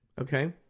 Okay